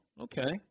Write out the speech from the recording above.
okay